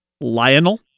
Lionel